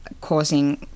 causing